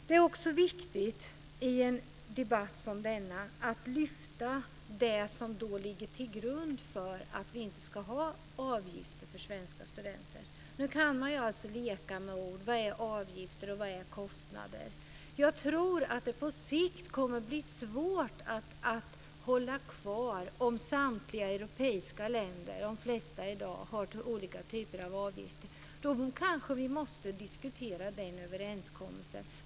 Det är också viktigt i en debatt som denna att lyfta fram det som ligger till grund för att vi inte ska ha avgifter för svenska studenter. Man kan leka med ord - vad är avgifter och vad är kostnader? Jag tror att det på sikt kommer att bli svårt att hålla kvar detta om samtliga europeiska länder - de flesta i dag - har olika typer av avgifter. Då kanske vi måste diskutera den överenskommelsen.